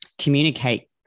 communicate